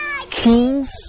kings